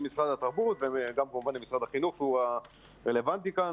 משרד התרבות וגם כמובן עם משרד החינוך שהוא הרלוונטי כאן,